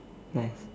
nice